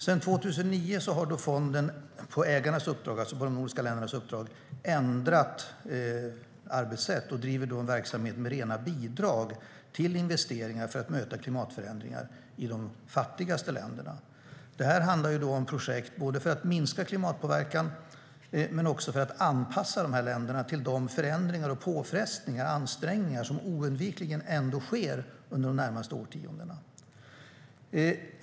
Sedan 2009 har fonden på ägarnas uppdrag, det vill säga på de nordiska ländernas uppdrag, ändrat arbetssätt och driver en verksamhet med rena bidrag till investeringar för att möta klimatförändringar i de fattigaste länderna. Detta handlar om projekt både för att minska klimatpåverkan och för att anpassa dessa länder till de förändringar, påfrestningar och ansträngningar som oundvikligen ändå kommer att ske under de närmaste årtiondena.